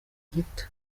gito